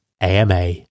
AMA